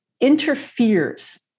interferes